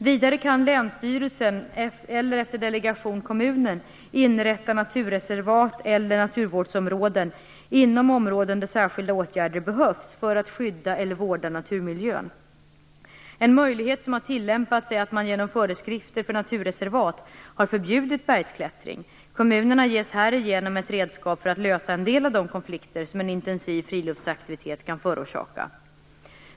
Vidare kan länsstyrelsen, eller efter delegation kommunen, inrätta naturreservat eller naturvårdsområden inom områden där särskilda åtgärder behövs för att skydda eller vårda naturmiljön. En möjlighet, som har tillämpats, är att man genom föreskrifter för naturreservat har förbjudit bergsklättring. Kommunerna ges härigenom ett redskap för att lösa en del av de konflikter som en intensiv friluftsaktivitet kan förorsaka.